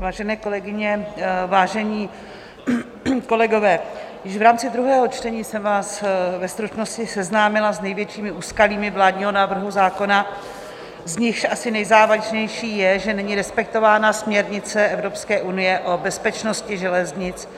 Vážené kolegyně, vážení kolegové, již v rámci druhého čtení jsem vás ve stručnosti seznámila s největšími úskalími vládního návrhu zákona, z nichž asi nejzávažnější je, že není respektována směrnice Evropské unie o bezpečnosti železnic,